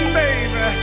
baby